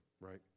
right